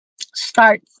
start